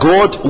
God